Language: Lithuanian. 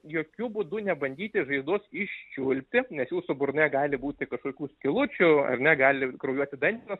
jokiu būdu nebandyti žaizdos iščiulpti nes jūsų burnoje gali būti kažkokių skylučių ar ne gali kraujuoti dantenos